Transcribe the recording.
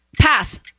Pass